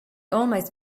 almost